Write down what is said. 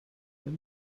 wenn